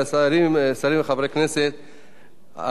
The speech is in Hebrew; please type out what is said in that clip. כפי שאמרתי בראשית דברי, זו הצעת חוק חשובה,